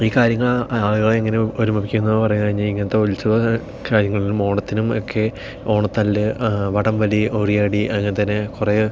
ഈ കാര്യങ്ങൾ ആളുകളെ എങ്ങനെ ഒരുമിപ്പിക്കുമെന്ന് പറഞ്ഞു കഴിഞ്ഞാൽ ഇങ്ങനത്തെ ഉത്സവ കാര്യങ്ങളിലും ഓണത്തിനുമൊക്കെ ഓണത്തല്ല് വടംവലി ഉറിയടി അങ്ങനെത്തന്നെ കുറെ